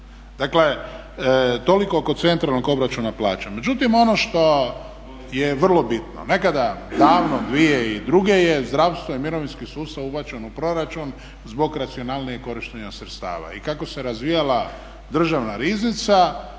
Dakle toliko oko centralnog obračuna plaća. Međutim, ono što je vrlo bitno, nekada davno 2002. je zdravstvo i mirovinski sustav ubačen u proračun zbog racionalnijeg korištenja sredstava. I kako se razvijala državna riznica